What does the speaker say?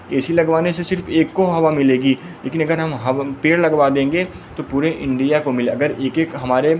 ए सी लगवाने से सिर्फ एक को हवा मिलेगी लेकिन अगर हम हव पेड़ लगवा देंगे तो पूरे इंडिया को मिले अगर एक एक हमारे